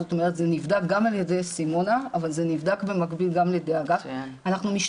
זאת אומרת זה נבדק גם על ידי סימונה אבל זה נבדק במקביל גם על ידי האגף.